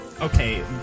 Okay